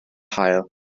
haul